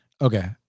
Okay